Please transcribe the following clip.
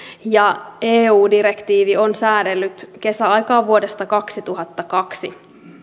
ja eu direktiivi on säädellyt kesäaikaa vuodesta kaksituhattakaksi